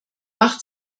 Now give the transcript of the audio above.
macht